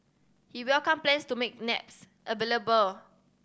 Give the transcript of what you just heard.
he welcomed plans to make naps available